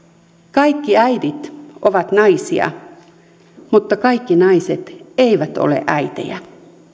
kaikki äidit ovat naisia mutta kaikki naiset eivät ole äitejä